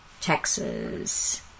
Texas